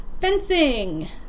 Fencing